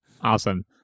Awesome